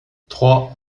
trois